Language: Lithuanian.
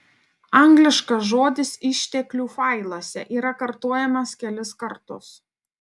angliškas žodis išteklių failuose yra kartojamas kelis kartus